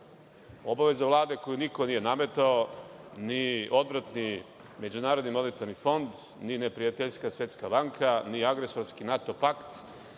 obaveza Vlade koju niko nije nametao, ni odvratni MMF, ni neprijateljska Svetska banka, ni agresorski NATO pakt,